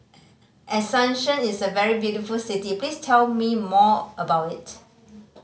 Asuncion is a very beautiful city please tell me more about it